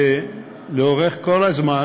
ולאורך כל הזמן,